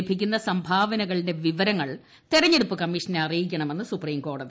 ലഭിക്കുന്ന സംഭാവനകളുടെ വിവരങ്ങൾ തെരഞ്ഞെടുപ്പ് കമ്മീഷനെ അറിയിക്കണമെന്ന് സുപ്രീംകോടതി